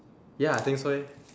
ya I think so eh